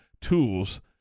tools